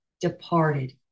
departed